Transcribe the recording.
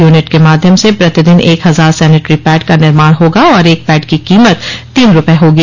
unit के माध्यम से प्रतिदिन एक हजार सैनेटरी पैड का निर्माण होगा और एक पैड की कीमत तीन रुपए होगी